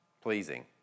Pleasing